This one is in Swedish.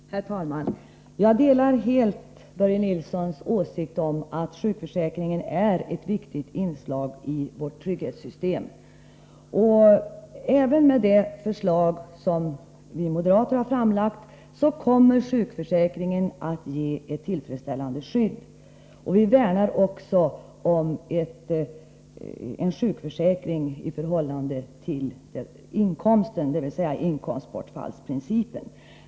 Herr talman! Jag delar helt Börje Nilssons åsikt att sjukförsäkringen utgör ett viktigt inslag i vårt trygghetssystem. Men även det förslag som vi moderater framlagt innebär att sjukförsäkringen skall ge ett tillfredsställande skydd. Även vi värnar om en sjukförsäkring i förhållande till inkomsten, dvs. enligt inkomstbortfallsprincipen.